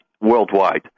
worldwide